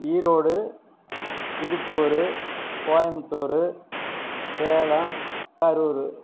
Erode Tiruppur Coimbatore Salem Karur